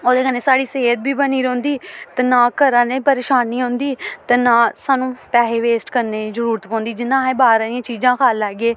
ओह्दे कन्नै साढ़ी सेह्त बी बनी रौंह्दी ते ना घरा अह्लें परेशानी होंदी ते ना सानूं पैहे वेस्ट करने दी जरूरत पौंदी जि'यां अस बाह्रें दियां चीजां खाई लैग्गे